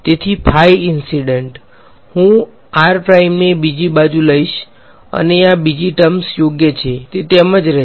તેથી phi incident હું ને બીજી બાજુ લઈશ અને આ બીજી ટર્મસ યોગ્ય છે તે તેમ જ રહેશે